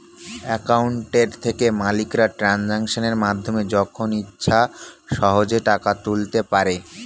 account থেকে মালিকরা ট্রানজাকশনের মাধ্যমে যখন ইচ্ছে সহজেই টাকা তুলতে পারে